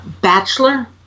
Bachelor